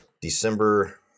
December